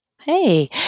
Hey